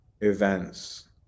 events